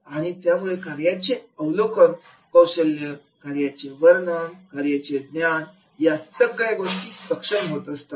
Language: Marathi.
आणि यामुळे कार्याचे अवलोकन कौशल्य कार्याचे वर्णन आणि कार्याचे ज्ञान या सगळ्या गोष्टी सक्षम होतात